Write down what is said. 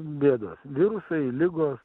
bėdos virusai ligos